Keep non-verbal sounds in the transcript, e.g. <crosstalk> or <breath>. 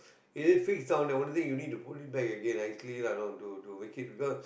is it fix down there the only thing you need to put it back again actually lah actually to to to make it because <breath>